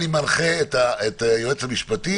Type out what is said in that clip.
אני מנחה את היועץ המשפטי,